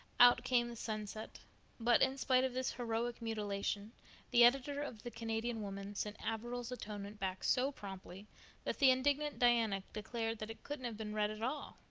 out came the sunset but in spite of this heroic mutilation the editor of the canadian woman sent averil's atonement back so promptly that the indignant diana declared that it couldn't have been read at all,